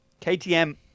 KTM